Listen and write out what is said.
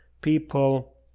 people